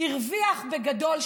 הרוויח בגדול,